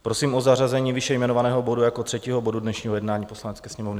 Prosím o zařazení výše jmenovaného bodu jako třetího bodu dnešního jednání Poslanecké sněmovny.